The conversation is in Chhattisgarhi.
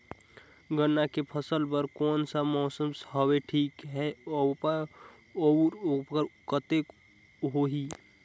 गन्ना के फसल बर कोन सा मौसम हवे ठीक हे अउर ऊपज कतेक होही?